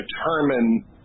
determine